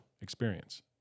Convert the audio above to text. experience